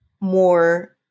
more